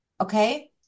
Okay